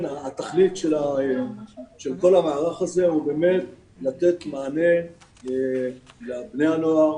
התכלית של כל המערך הזה היא באמת לתת מענה לבני הנוער